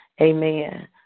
Amen